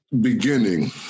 beginning